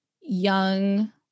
young